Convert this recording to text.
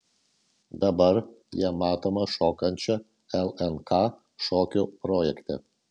dabar ją matome šokančią lnk šokių projekte